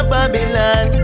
Babylon